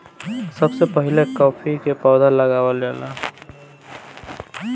सबसे पहिले काफी के पौधा लगावल जाला